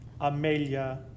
Amelia